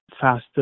faster